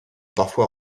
parfois